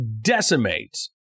decimates